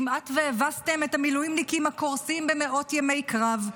כמעט והבסתם את המילואימניקים הקורסים במאות ימי קרב,